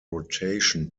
rotation